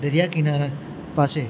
દરિયા કિનારા પાસે